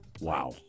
Wow